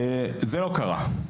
זה לא קרה.